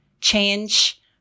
change